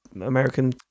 American